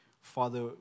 Father